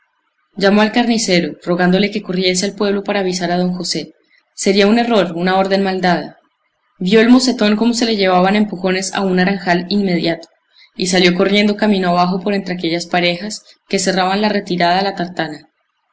llamó al carnicero rogándole que corriese al pueblo para avisar a don josé sería un error una orden mal dada vio el mocetón cómo se le llevaban a empujones a un naranjal inmediato y salió corriendo camino abajo por entre aquellas parejas que cerraban la retirada a la tartana